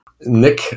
Nick